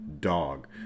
Dog